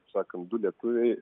sakant du lietuviai